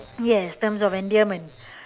yes terms of endearment